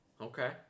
Okay